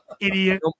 Idiot